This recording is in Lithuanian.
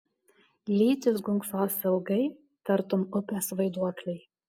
lytys gunksos ilgai tartum upės vaiduokliai